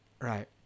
right